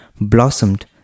blossomed